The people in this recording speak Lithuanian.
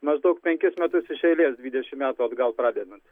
maždaug penkis metus iš eilės dvidešimt metų atgal pradedant